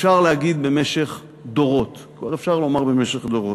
אפשר להגיד במשך דורות, כבר אפשר לומר במשך דורות.